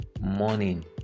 morning